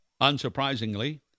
Unsurprisingly